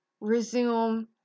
resume